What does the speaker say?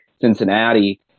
Cincinnati